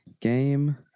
Game